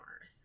Earth